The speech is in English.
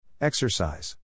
Exercise